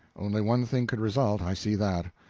only one thing could result i see that.